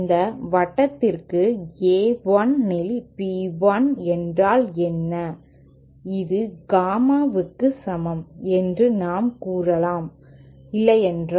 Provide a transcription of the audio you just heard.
இந்த வட்டத்திற்கு A 1 இல் b 1 என்றால் என்ன இது காமாவுக்கு சமம் என்று நாம் கூறலாம் இல்லையென்றால்